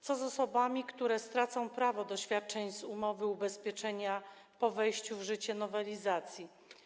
Co z osobami, które stracą prawo do świadczeń w ramach umowy ubezpieczenia po wejściu w życie nowelizacji?